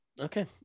Okay